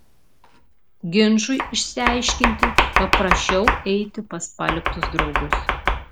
ginčui išsiaiškinti paprašiau eiti pas paliktus draugus